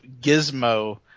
Gizmo